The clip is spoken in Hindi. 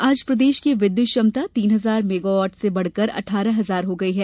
आज प्रदेश की विद्युत क्षमता तीन हजार मैगावॉट से बढ़कर अठारह हजार हो गई है